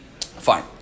Fine